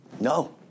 No